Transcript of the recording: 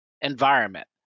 environment